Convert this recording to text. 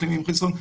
מחלימים עם חיסון,